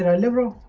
ah liberal